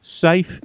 safe